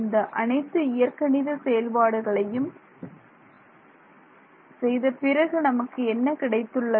இந்த அனைத்து இயற்கணித செயல்பாடுகளையும் செய்த பிறகு நமக்கு என்ன கிடைத்துள்ளது